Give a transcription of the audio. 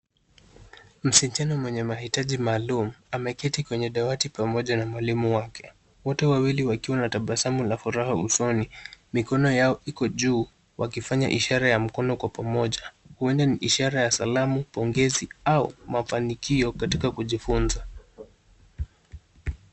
Msichana mwenye maitaji maalum ameketi kwenye dawati pamoja na mwalimu wake. Wote wawili wakiwa na tabasamu na furaha usoni. Mikono yao iko juu wakifanya ishara ya mikono pamoja. Kuonyesha ishara ya salamu, pongezi au mafanikio katika kujifunza.